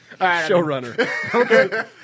showrunner